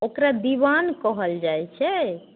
ओकरा दिबान कहल जाइत छै